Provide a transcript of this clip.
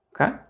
okay